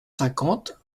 cinquante